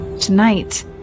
tonight